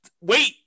Wait